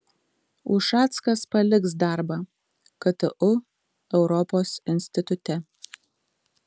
ušackas paliks darbą ktu europos institute